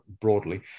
broadly